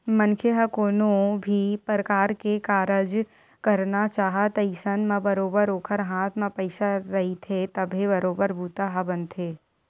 मनखे ह कोनो भी परकार के कारज करना चाहय अइसन म बरोबर ओखर हाथ म पइसा रहिथे तभे बरोबर बूता ह बनथे